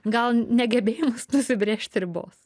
gal negebėjimas nusibrėžti ribos